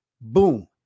Boom